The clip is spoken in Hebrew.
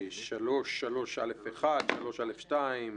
ב-3א(1) או 3א(3),